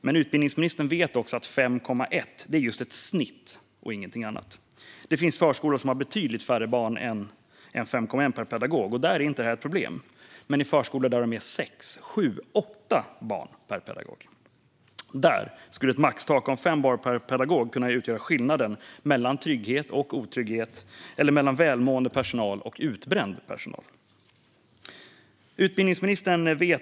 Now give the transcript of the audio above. Men utbildningsministern vet också att 5,1 är just ett snitt och inget annat. Det finns förskolor som har betydligt färre barn än 5,1 per pedagog. Där är detta inte ett problem. Men i de förskolor som har 6, 7, 8 barn per pedagog skulle ett maxtak på 5 barn per pedagog kunna utgöra skillnaden mellan trygghet och otrygghet - eller mellan välmående personal och utbränd personal.